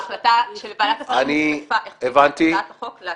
החלטת ועדת השרים הוכפפה להצעת החוק --- הבנתי.